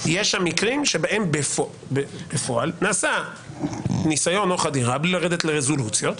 יש שם מקרים שבהם בפועל נעשה ניסיון או חדירה בלי לרדת לרזולוציות.